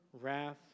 wrath